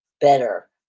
better